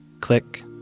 Click